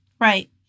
Right